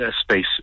space